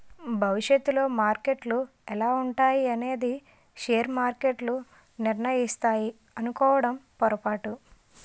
భవిష్యత్తులో మార్కెట్లు ఎలా ఉంటాయి అనేది షేర్ మార్కెట్లు నిర్ణయిస్తాయి అనుకోవడం పొరపాటు